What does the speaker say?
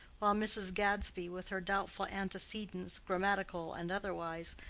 while mrs. gadsby, with her doubtful antecedents, grammatical and otherwise,